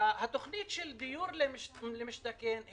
תוכנית "מחיר למשתכן",